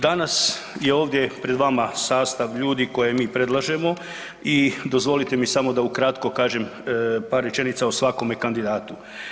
Danas je ovdje pred vama sastav ljudi koje mi predlažemo i dozvolite mi samo da ukratko kažem par rečenica o svakome kandidatu.